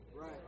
right